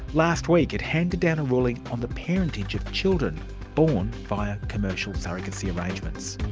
last week it handed down a ruling on the parentage of children born via commercial surrogacy arrangements.